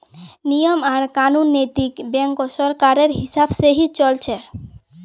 नियम आर कानून नैतिक बैंकत सरकारेर हिसाब से ही चल छ